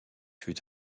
fut